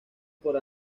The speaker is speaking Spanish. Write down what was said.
por